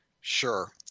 Sure